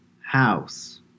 house